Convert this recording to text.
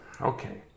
okay